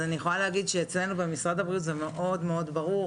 אני יכולה להגיד שאצלנו במשרד הבריאות ה-DNA מאוד מאוד ברור.